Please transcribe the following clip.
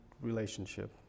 relationship